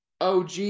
OG